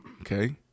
Okay